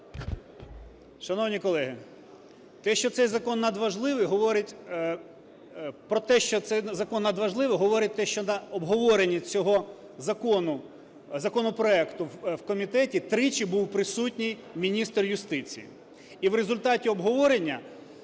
говорить… Про те, що цей закон надважливий говорить те, що на обговоренні цього закону, законопроекту, в комітеті тричі був присутній міністр юстиції. І в результаті обговорення